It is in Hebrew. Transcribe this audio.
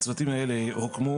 הצוותים האלה הוקמו